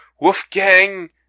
Wolfgang